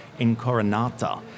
Incoronata